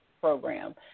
program